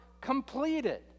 completed